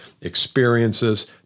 experiences